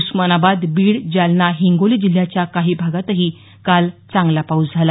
उस्मानाबाद बीड जालना हिंगोली जिल्ह्याच्या काही भागातही काल चांगला पाऊस झाला